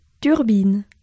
Turbine